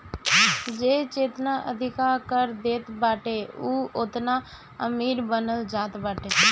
जे जेतना अधिका कर देत बाटे उ ओतने अमीर मानल जात बाटे